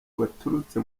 baturutse